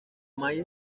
mike